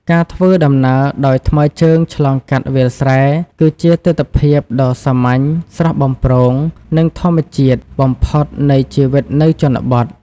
ការធ្វើដំណើរដោយថ្មើរជើងឆ្លងកាត់វាលស្រែ គឺជាទិដ្ឋភាពដ៏សាមញ្ញ ស្រស់បំព្រង និងធម្មជាតិបំផុតនៃជីវិតនៅជនបទ។